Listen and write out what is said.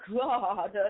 God